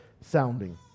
sounding